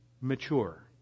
mature